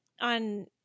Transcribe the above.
on